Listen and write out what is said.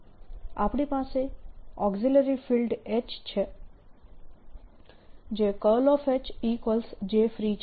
આપણી પાસે auxiliary field H છે જે HJfree છે